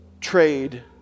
trade